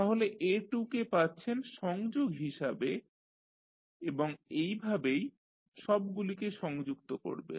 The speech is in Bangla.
তাহলে a2 কে পাচ্ছেন সংযোগ হিসাবে এবং এইভাবেই সবগুলিকে সংযুক্ত করবেন